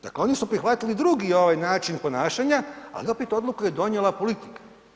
Dakle, oni su prihvatili drugi ovaj način ponašanja, ali opet odluku je donijela politika.